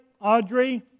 Audrey